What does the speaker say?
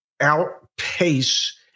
outpace